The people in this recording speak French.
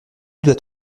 doit